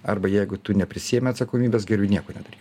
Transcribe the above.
arba jeigu tu neprisiemi atsakomybės geriau nieko nedaryk